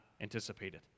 anticipated